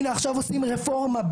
הנה עכשיו עושים רפורמה,